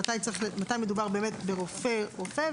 מתי מדובר באמת ברופא רופא,